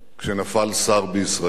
כשנפל שר בישראל,